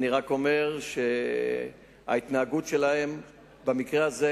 אני רק אומר שההתנהגות שלהם במקרה הזה,